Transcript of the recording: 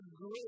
great